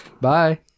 Bye